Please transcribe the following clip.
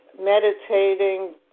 meditating